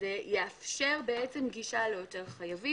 שזה יאפשר גישה ליותר חייבים.